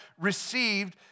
received